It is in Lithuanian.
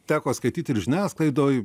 teko skaityt ir žiniasklaidoj